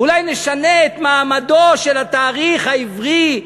אולי נשנה את מעמדו של התאריך העברי.